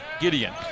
Gideon